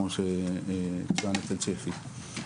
כמו שצוין אצל שפ"י.